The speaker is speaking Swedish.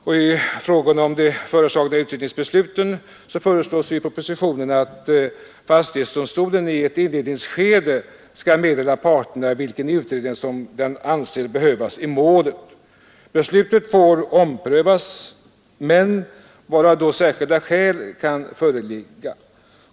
Beträffande dessa föreslås i propositionen att fastighetsdomstolen i ett inledningsskede skall meddela parterna vilken utredning den anser behövs i målet. Beslutet får omprövas men bara då särskilda skäl kan föreligga.